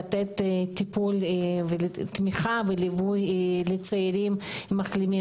לתת ליווי ותמיכה לצעירים מחלימים